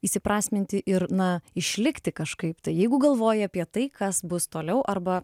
įsiprasminti ir na išlikti kažkaip tai jeigu galvoji apie tai kas bus toliau arba